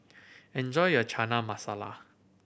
enjoy your Chana Masala